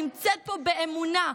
נמצאת פה באמונה,